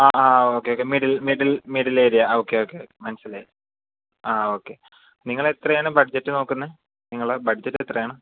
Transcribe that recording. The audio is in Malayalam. ആ ആ okay okay middle middle middle area okay okay മനസിലായി ആ ഓക്കെ നിങ്ങളെത്രയാണ് ബഡ്ജറ്റ് നോക്കുന്നത് നിങ്ങളുടെ ബഡ്ജറ്റ് എത്രയാണ്